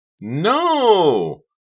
No